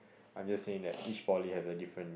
I'm just saying that each poly have a different